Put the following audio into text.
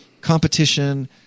competition